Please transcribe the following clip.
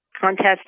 contest